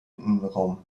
innenraum